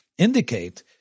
indicate